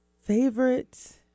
favorite